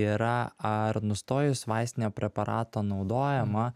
yra ar nustojus vaistinio preparato naudojimą